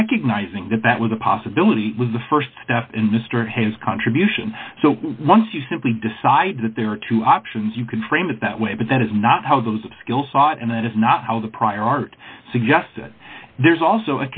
recognizing that that was a possibility with the st step in mr his contribution so once you simply decide that there are two options you can frame it that way but that is not how those of skills ought and that is not how the prior art suggests that there's also